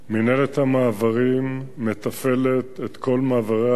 מינהלת המעברים מתפעלת ומנהלת את כל מעברי הגבול,